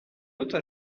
autre